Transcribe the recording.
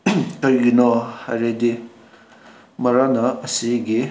ꯀꯔꯤꯒꯤꯅꯣ ꯍꯥꯏꯔꯗꯤ ꯃꯔꯝꯅ ꯑꯁꯤꯒꯤ